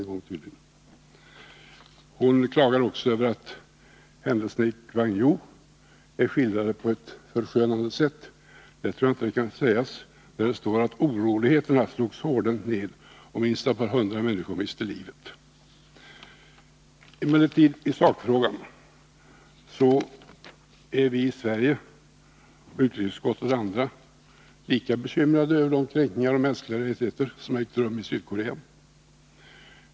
Eva Hjelmström klagar också över att händelserna i Kwangju är skildrade på ett förskönande sätt. Det tror jag inte att man kan säga, när det står följande: ”Oroligheterna slogs hårdhänt ned, och minst ett par hundra människor miste livet.” I sakfrågan är vi emellertid i Sverige, i utrikesutskottet och på andra håll, lika bekymrade över de kränkningar av mänskliga rättigheter som ägt rum i Sydkorea.